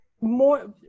more